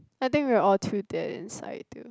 I think we're all too dead inside to